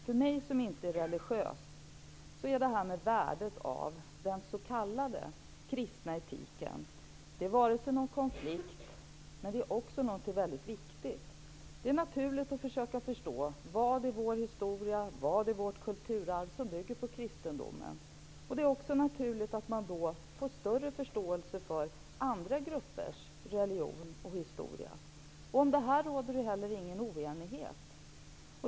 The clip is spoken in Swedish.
För mig som inte är religiös innebär värdet av den s.k. kristna etiken inte någon konflikt, utan någonting väldigt viktigt. Det är naturligt att försöka förstå vad det är i vår historia och vårt kulturarv som bygger på kristendomen. Det är naturligt att man då får större förståelse för andra gruppers religion och historia. Detta råder det ingen oenighet om.